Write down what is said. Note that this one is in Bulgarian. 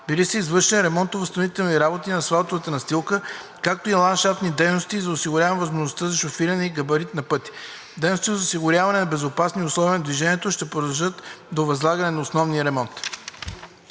Били са извършвани ремонтно възстановителни работи на асфалтовата настилка, както и ландшафтни дейности за осигуряване видимостта при шофиране и габарит на пътя. Дейностите за осигуряване на безопасни условия на движението ще продължат до възлагане на основния ремонт.